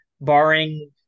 barring